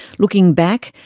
looking back,